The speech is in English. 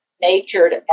natured